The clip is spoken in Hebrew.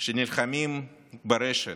שנלחמים ברשת,